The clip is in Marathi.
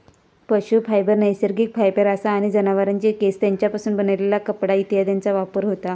पशू फायबर नैसर्गिक फायबर असा आणि जनावरांचे केस, तेंच्यापासून बनलेला कपडा इत्यादीत वापर होता